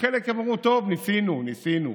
חלק אמרו: טוב, ניסינו, ניסינו.